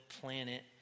planet